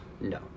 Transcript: No